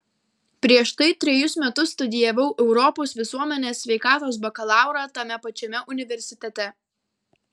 prieš tai trejus metus studijavau europos visuomenės sveikatos bakalaurą tame pačiame universitete